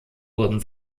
wurden